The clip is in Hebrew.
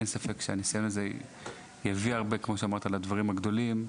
אין ספק שהניסיון הזה יביא הרבה גם לדברים הגדולים.